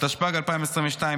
התשפ"ג 2022,